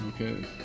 Okay